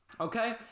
Okay